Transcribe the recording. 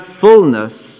fullness